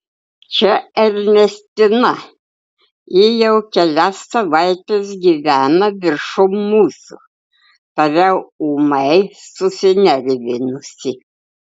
čia ernestina ji jau kelias savaites gyvena viršum mūsų tariau ūmai susinervinusi